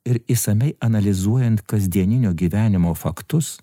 ir išsamiai analizuojant kasdieninio gyvenimo faktus